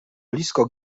blisko